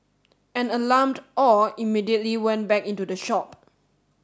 an alarmed Aw immediately went back into the shop